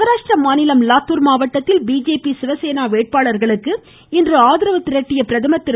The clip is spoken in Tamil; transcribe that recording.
மகாராஷ்டிரா மாநிலம் லாத்தூர் மாவட்டத்தில் பிஜேபி சிவசேனா வேட்பாளர்களுக்கு ஆதரவு திரட்டிய பிரதமர் திரு